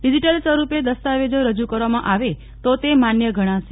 digital સ્વરૂપે દસ્તાવેજો રજૂ કરવામાં આવે તો તે માન્ય ગણાશે